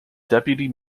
deputy